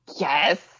Yes